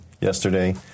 yesterday